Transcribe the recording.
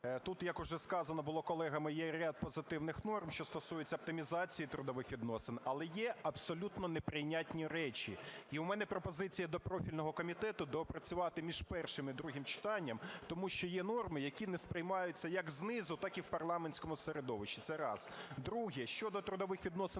Тут, як вже сказано було колегами, є ряд позитивних норм, що стосується оптимізації трудових відносин. Але є абсолютно неприйнятні речі. І в мене пропозиція до профільного комітету доопрацювати між першим і другим читанням, тому що є норми, які не сприймаються як знизу, так і в парламентському середовищі. Це раз. Друге. Щодо трудових відносин